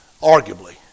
arguably